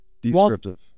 descriptive